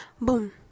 Boom